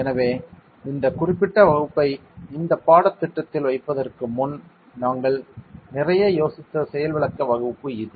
எனவே இந்த குறிப்பிட்ட வகுப்பை இந்தப் பாடப் திட்டத்தில் வைப்பதற்கு முன் நாங்கள் நிறைய யோசித்த செயல்விளக்க வகுப்பு இது